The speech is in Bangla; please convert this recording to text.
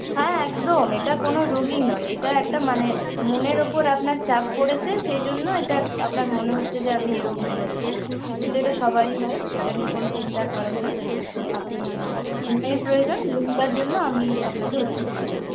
হ্যাঁ হ্যাঁ একদম এটা কোনো রোগই নয় এটা একটা মানে মনের ওপর আপনার চাপ পরেছে সেই জন্য এটা আপনার মনে হচ্ছে যে আমি এরকম হয়ে যাচ্ছি কিন্তু এটা সবাই এরই হয় এটা নিয়ে কোনো চিন্তার কারণ নেই আপনি ঘুমের প্রয়োজন ঘুমটার জন্য আমি আপনাকে ওষুধ দিয়ে দেবো